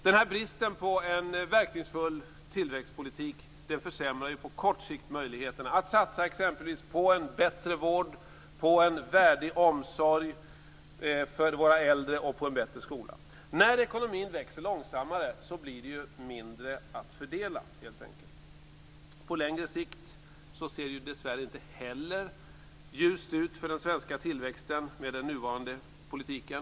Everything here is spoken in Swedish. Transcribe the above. Denna brist på en verkningsfull tillväxtpolitik försämrar på kort sikt möjligheterna att satsa på exempelvis en bättre vård, en värdig omsorg för våra äldre och en bättre skola. När ekonomin växer långsammare blir det ju mindre att fördela helt enkelt. På längre sikt ser det dessvärre inte heller ljust ut för den svenska tillväxten med den nuvarande politiken.